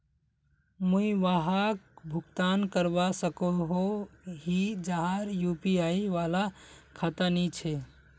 मुई वहाक भुगतान करवा सकोहो ही जहार यु.पी.आई वाला खाता नी छे?